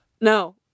No